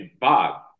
Bob